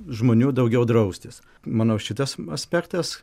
žmonių daugiau draustis manau šitas aspektas